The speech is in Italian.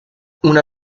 una